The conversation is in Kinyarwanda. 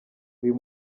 uyu